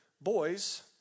Boys